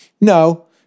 No